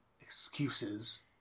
excuses